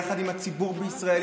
יחד עם הציבור בישראל,